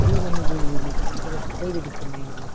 जी नहीं जी नहीं ग़लत कोई भी दिक़्क़त नहीं होगी